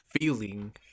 feeling